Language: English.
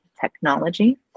technology